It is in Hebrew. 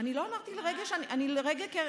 אני לרגע,